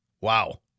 Wow